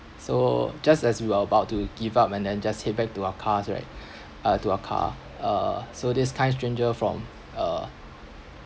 so just as we are about to give up and then just head back to our cars right uh to our car uh so this kind stranger from uh